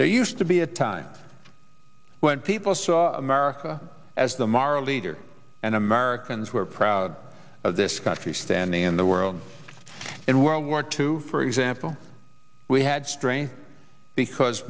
there used to be a time when people saw america as the mara leader and americans were proud of this country standing in the world in world war two for example we had strained because